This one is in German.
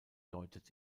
deutet